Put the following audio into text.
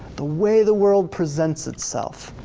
the way the world presents itself.